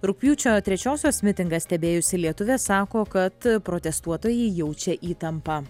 rugpjūčio trečiosios mitingą stebėjusi lietuvė sako kad protestuotojai jaučia įtampą